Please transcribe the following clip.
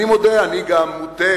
אני מודה, אני גם מוטה